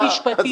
מבחינה משפטית,